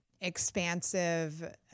expansive